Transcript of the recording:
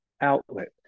outlet